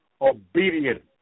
Obedient